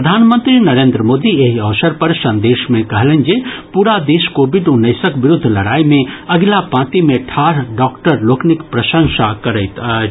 प्रधानमंत्री नरेन्द्र मोदी एहि अवसर पर संदेश मे कहलनि जे पूरा देश कोविड उन्नैसक विरूद्ध लड़ाई मे अगिला पांति मे ठाढ़ डॉक्टर लोकनिक प्रशंसा करैत अछि